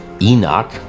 Enoch